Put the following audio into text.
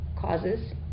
causes